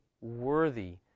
worthy